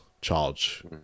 charge